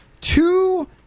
two